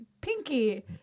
pinky